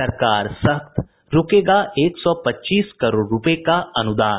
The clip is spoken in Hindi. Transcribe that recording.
सरकार सख्त रूकेगा एक सौ पच्चीस करोड़ रूपये का अनुदान